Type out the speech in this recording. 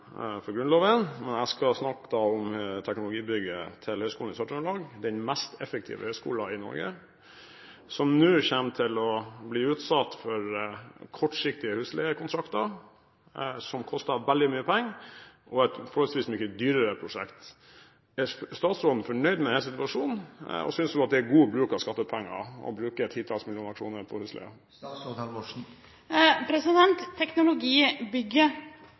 for Grunnloven, men jeg skal snakke om teknologibygget til Høgskolen i Sør-Trøndelag, den mest effektive høgskolen i Norge. Den kommer nå til å bli utsatt for kortsiktige husleiekontrakter, som koster veldig mye penger, og et forholdsvis mye dyrere prosjekt. Er statsråden fornøyd med situasjonen, og synes hun at det er god bruk av skattepenger å bruke titalls millioner kroner på